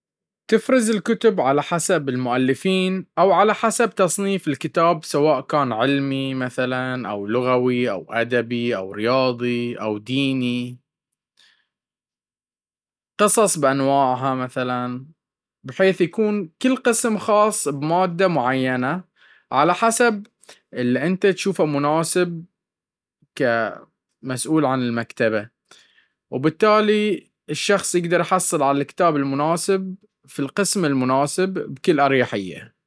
تفرز الكنب على حسب المؤلفين او على حسب تصنيف الكتاب سواء كان علمي, لغوي, ادبي, رياضي, قصص بأنواعها بحيث يكون كل قسم خاص بمادة معينة.